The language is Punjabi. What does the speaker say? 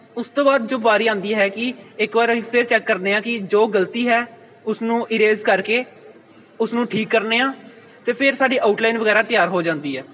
ਉਸ ਤੋਂ ਬਾਅਦ ਜੋ ਵਾਰੀ ਆਉਂਦੀ ਹੈ ਕਿ ਇੱਕ ਵਾਰ ਅਸੀਂ ਫਿਰ ਚੈੱਕ ਕਰਦੇ ਹਾਂ ਕਿ ਜੋ ਗਲਤੀ ਹੈ ਉਸਨੂੰ ਇਰੇਜ਼ ਕਰਕੇ ਉਸਨੂੰ ਠੀਕ ਕਰਦੇ ਹਾਂ ਅਤੇ ਫਿਰ ਸਾਡੀ ਆਊਟਲਾਈਨ ਵਗੈਰਾ ਤਿਆਰ ਹੋ ਜਾਂਦੀ ਹੈ